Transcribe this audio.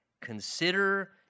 consider